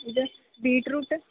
ಇದು ಬೀಟ್ರೂಟ್